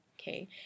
okay